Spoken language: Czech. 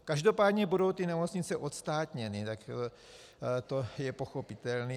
Každopádně budou ty nemocnice odstátněny, to je pochopitelné.